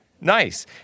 nice